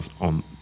on